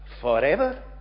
forever